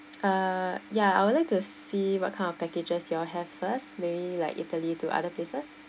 uh ya I would like to see what kind of packages you all have first maybe like italy to other places